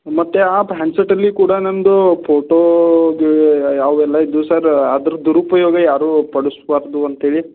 ಮತ್ತು ಆ ಹ್ಯಾಂಡ್ಸೆಟ್ಟಲ್ಲಿ ಕೂಡ ನನ್ನದು ಫೋಟೋದು ಯಾವುದೆಲ್ಲ ಇದ್ವು ಸರ್ ಅದ್ರ ದುರುಪಯೋಗ ಯಾರು ಪಡಸ್ಬಾರದು ಅಂತ್ಹೇಳಿ